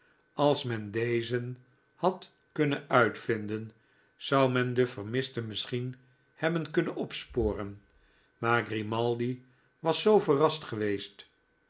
als men dezen had kunnen uitvinden zou men den vermiste misschien hebben kunnen opsporen maar grimaldi was zoo verrast geweest